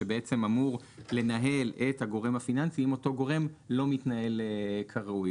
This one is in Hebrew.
שבעצם אמור לנהל את הגורם הפיננסי אם אותו גורם לא מתנהל כראוי.